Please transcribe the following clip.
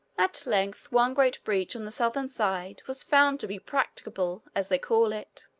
at length one great breach on the southern side was found to be practicable, as they call it.